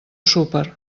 súper